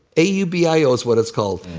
a u b i o is what it's called.